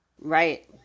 right